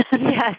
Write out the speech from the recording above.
Yes